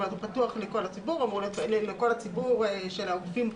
הוא פתוח לכל הציבור של הגופים,